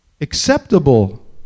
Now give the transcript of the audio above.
acceptable